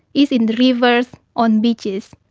it's in the rivers, on beaches,